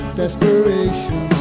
desperation